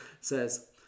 says